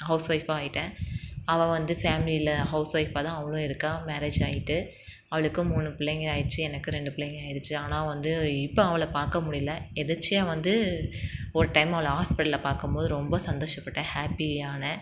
house ஒய்ஃப்பாக ஆகிட்டேன் அவள் வந்து ஃபேமிலியில் ஹவுஸ் ஒய்ஃப்பாக தான் அவளும் இருக்காள் மேரேஜ் ஆகிட்டு அவளுக்கும் மூணு பிள்ளைங்க ஆகிடுச்சி எனக்கும் ரெண்டு பிள்ளைங்க ஆகிடிச்சி ஆனால் வந்து இப்போ அவளை பார்க்க முடியல எதேர்ச்சியா வந்து ஒரு டைம் அவளை ஹாஸ்பிட்டலில் பார்க்கும் போது ரொம்ப சந்தோசப்பட்டேன் ஹாப்பி ஆனேன்